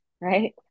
right